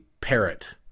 parrot